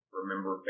remember